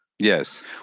Yes